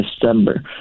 December